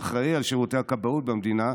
האחראי לשירותי הכבאות במדינה,